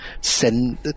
send